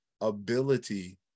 ability